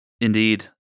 Indeed